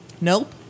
Nope